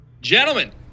Gentlemen